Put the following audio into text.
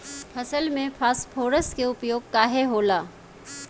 फसल में फास्फोरस के उपयोग काहे होला?